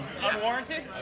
Unwarranted